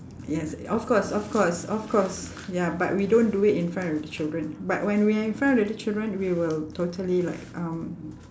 yes of course of course of course ya but we don't do it in front of the children but when we are in front of the children we will totally like um